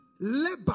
labor